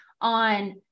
on